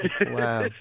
Wow